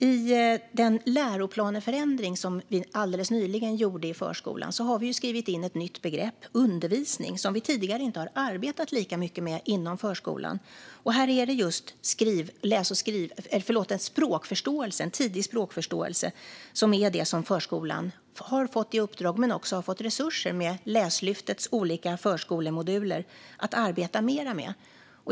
I den läroplansförändring som vi alldeles nyligen gjorde i förskolan har vi skrivit in ett nytt begrepp - undervisning - som vi tidigare inte har arbetat lika mycket med inom förskolan. Här är det just en tidig språkförståelse som är det som förskolan har fått i uppdrag, men också fått resurser till i och med Läslyftets olika förskolemoduler, att arbeta mer med.